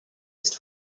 ist